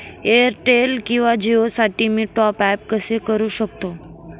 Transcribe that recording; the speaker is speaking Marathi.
एअरटेल किंवा जिओसाठी मी टॉप ॲप कसे करु शकतो?